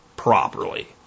Properly